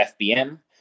FBM